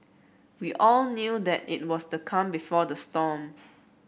we all knew that it was the calm before the storm